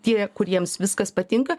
tie kuriems viskas patinka